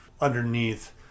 underneath